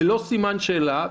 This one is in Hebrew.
ללא סימן שאלה,